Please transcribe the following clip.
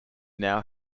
now